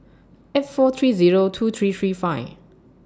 eight four three Zero two three three five